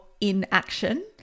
inaction